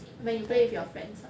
when you play with your friends ah